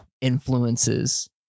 influences